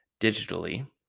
digitally